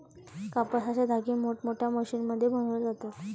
कापसाचे धागे मोठमोठ्या मशीनमध्ये बनवले जातात